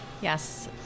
Yes